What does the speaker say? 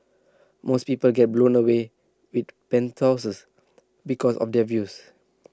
most people get blown away with penthouses because of the views